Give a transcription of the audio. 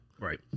Right